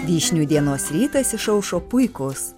vyšnių dienos rytas išaušo puikus